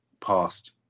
past